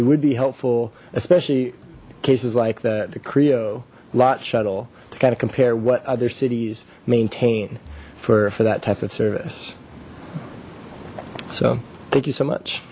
it would be helpful especially cases like that the creo lot shuttle to kind of compare what other cities maintain for for that type of service so thank you so much